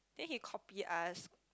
then he copy us